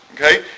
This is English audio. okay